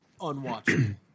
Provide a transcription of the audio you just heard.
unwatchable